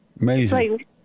Amazing